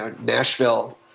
Nashville